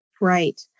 Right